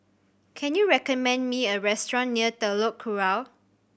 can you recommend me a restaurant near Telok Kurau